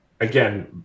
again